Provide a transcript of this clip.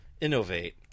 innovate